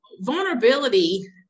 vulnerability